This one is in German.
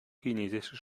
chinesisches